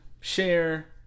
Share